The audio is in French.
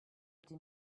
été